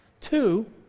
Two